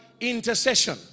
Intercession